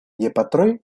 gepatroj